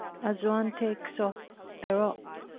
as one takes off a robe.